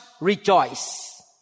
rejoice